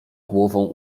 głową